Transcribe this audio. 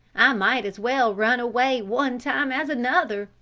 i might as well run away one time as another,